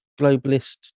globalist